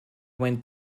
mwyn